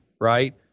right